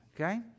Okay